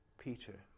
Peter